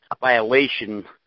violation